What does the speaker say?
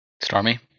Stormy